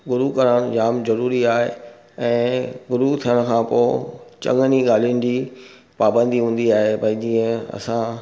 गुरु करणु जाम ज़रूरी आहे ऐं गुरु थियण खां पोइ चङनि ई ॻाल्हियुनि जी पाबंदी हूंदी आहे भई जीअं असां